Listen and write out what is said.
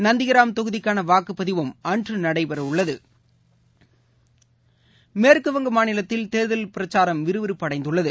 நந்திகிராம் தொகுதிக்கானவாக்குப்பதிவும் அன்றுநடைபெறவுள்ளது மேற்குவங்கம் மாநிலத்தில் தேர்தல் பிரச்சாரம் விறுவிறுப்படைந்துள்ளது